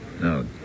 No